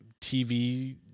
TV